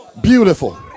Beautiful